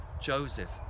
Joseph